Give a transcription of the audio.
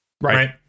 Right